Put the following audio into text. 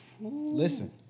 Listen